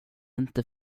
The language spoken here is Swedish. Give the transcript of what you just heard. inte